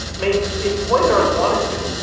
i mean, if toys r us wanted to,